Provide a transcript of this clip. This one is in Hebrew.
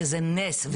שזה נס,